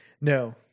No